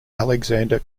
alexander